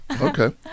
Okay